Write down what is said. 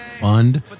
fund